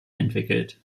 entwickelt